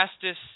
fastest